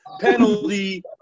penalty